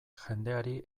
jendeari